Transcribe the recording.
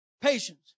patience